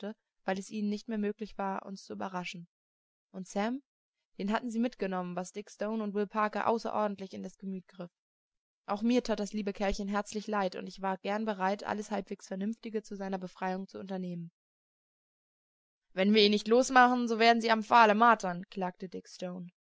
weil es ihnen nicht mehr möglich war uns zu überraschen und sam den hatten sie mitgenommen was dick stone und will parker außerordentlich in das gemüt griff auch mir tat das liebe kerlchen herzlich leid und ich war gern bereit alles halbwegs vernünftige zu seiner befreiung zu unternehmen wenn wir ihn nicht losmachen so werden sie ihn am pfahle martern klagte dick stone